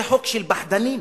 זה חוק של פחדנים,